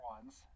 ones